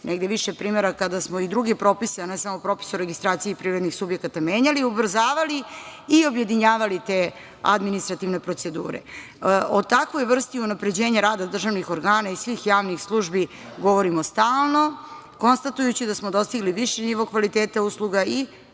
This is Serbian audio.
negde više primera kada smo i druge propise a ne samo propise o registraciji privrednih subjekata menjali, ubrzavali i objedinjavali te administrativne procedure.O takvoj vrsti unapređenja rada državnih organa i svih javnih službi govorimo stalno, konstatujući da smo dostigli viši nivo kvaliteta usluga i